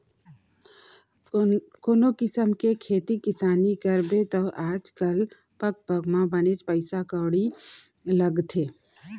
कोनों किसिम के खेती किसानी करबे तौ आज काल पग पग म बनेच पइसा कउड़ी लागथे